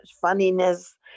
funniness